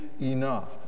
enough